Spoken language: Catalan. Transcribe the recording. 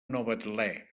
novetlè